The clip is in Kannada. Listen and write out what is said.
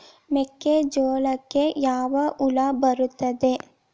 ಮೆಕ್ಕೆಜೋಳಕ್ಕೆ ಯಾವ ಹುಳ ಬರುತ್ತದೆ?